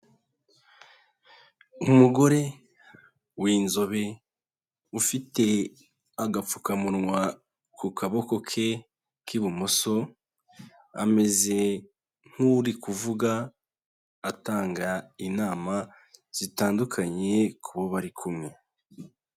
Umugore w'inzobe, ufite agapfukamunwa ku kaboko ke k'ibumoso, ameze nk'uri kuvuga atanga inama zitandukanye ku bo bari kumwe.